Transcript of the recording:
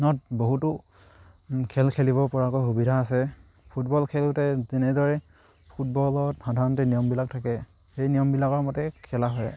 নত বহুতো খেল খেলিব পৰাকৈ সুবিধা আছে ফুটবল খেলোঁতে যেনেদৰে ফুটবলত সাধাৰণতে নিয়মবিলাক থাকে সেই নিয়মবিলাকৰ মতে খেলা হয়